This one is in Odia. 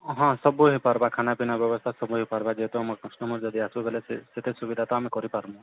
ହଁ ସବୁ ହେଇ ପାର୍ବା ଖାନାଁ ପିନା ବ୍ୟବସ୍ଥା ସବୁ ହେଇ ପାର୍ବା ଯେହେତୁ ଆମର୍ କଷ୍ଟମର୍ ଯଦି ଆସ୍ବେ ବେଲେ ସେ ସେଥିରେ ସୁବିଧା ତ ଆମେ କରିପାର୍ମୁ